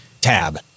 Tab